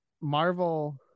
Marvel